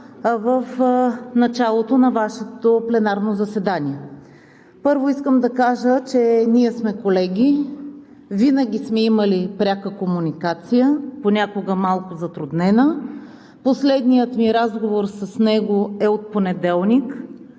в началото на Вашето пленарно заседание. Първо, искам да кажа, че ние сме колеги, винаги сме имали пряка комуникация, понякога малко затруднена. Последният ми разговор с него е от понеделник.